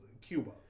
Cuba